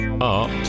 Art